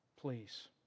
Please